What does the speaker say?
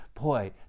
Boy